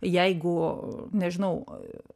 jeigu nežinau